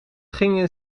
gingen